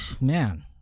man